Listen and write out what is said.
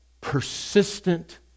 persistent